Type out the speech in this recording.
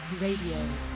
Radio